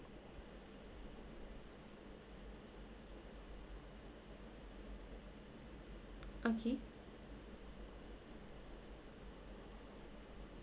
okay